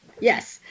yes